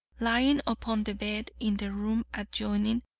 lying upon the bed, in the room adjoining,